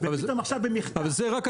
--- ופתאום עכשיו במחטף --- זה רק התקנות.